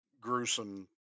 gruesome